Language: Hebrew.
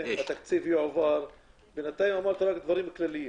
יועבר ובינתיים אמרת רק דברים כלליים.